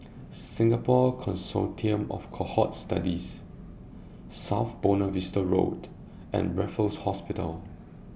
Singapore Consortium of Cohort Studies South Buona Vista Road and Raffles Hospital